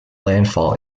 landfall